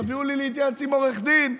תביאו לי להתייעץ עם עורך דין.